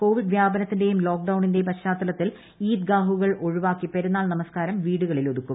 Covid വ്യാപനത്തിന്റെയും ലോക്ഡൌണിന്റെയും പശ്ചാത്തലത്തിൽ ഈദ് ഗാഹുകൾ ഒഴിവാക്കി പെരുന്നാൾ നമസ്ക്കാരം വീടുകളിലും ഒതുക്കും